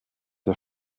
der